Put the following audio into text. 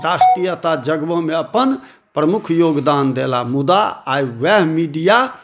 राष्ट्रीयता जगबैमे अपन प्रमुख योगदान देला मुदा आइ ओएह मीडिआ